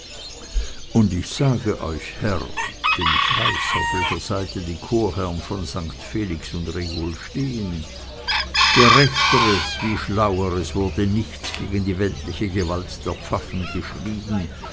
und ich sage euch herr denn ich weiß auf welcher seite die chorherrn von st felix und regul stehen gerechteres wie schlaueres wurde nichts gegen die weltliche gewalt der pfaffen geschrieben